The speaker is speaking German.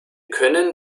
können